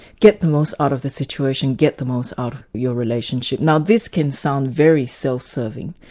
get the most out of the situation, get the most out of your relationship. now this can sound very self-serving,